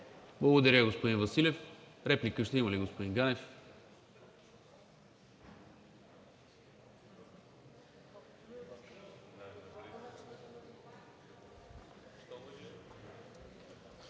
Благодаря, господин Василев. Реплика ще има ли, господин Ганев?